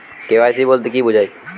KYC বলতে কি বোঝায়?